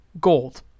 gold